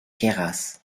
queyras